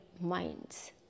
minds